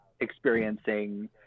experiencing